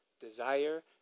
desire